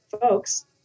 folks